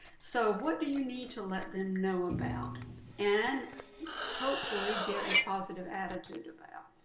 so what do you need to let them know about and hopefully get a positive attitude about.